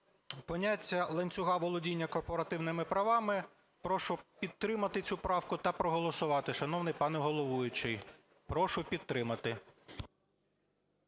поняття ланцюга володіння корпоративними правами. Прошу підтримати цю правку та проголосувати, шановний пане головуючий. Прошу підтримати.